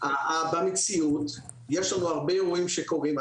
במציאות יש לנו הרבה אירועים שקורים.